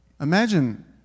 imagine